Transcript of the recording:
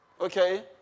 okay